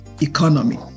economy